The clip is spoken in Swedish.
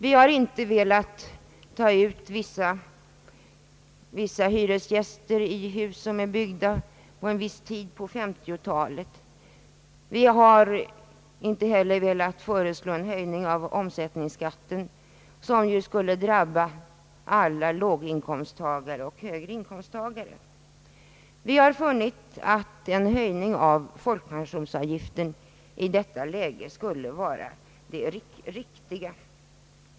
Vi har heller inte velat ta ut pengarna enbart från hyresgäster i hus som är byggda en viss tid på 1950-talet. Vi har inte heller velat föreslå en höjning av omsättningsskatten, vilken skulle drabba alla, både låginkomsttagare och högre inkomsttagare. Vi har funnit att en höjning av taket för folkpensionsavgiften i detta läge är det enda riktiga.